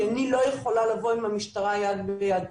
כי אני לא יכולה לבוא עם המשטרה יד ביד.